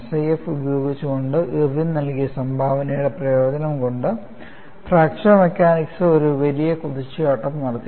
SIF ഉപയോഗിച്ചുകൊണ്ട് Irwin നൽകിയ സംഭാവനയുടെ പ്രയോജനം കൊണ്ട് ഫ്രാക്ചർ മെക്കാനിക്സ് ഒരു വലിയ കുതിച്ചുചാട്ടം നടത്തി